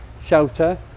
Shelter